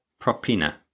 propina